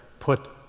put